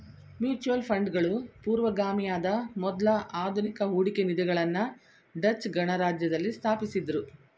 mutual ಫಂಡ್ಗಳು ಪೂರ್ವಗಾಮಿಯಾದ ಮೊದ್ಲ ಆಧುನಿಕ ಹೂಡಿಕೆ ನಿಧಿಗಳನ್ನ ಡಚ್ ಗಣರಾಜ್ಯದಲ್ಲಿ ಸ್ಥಾಪಿಸಿದ್ದ್ರು